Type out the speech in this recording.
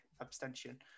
abstention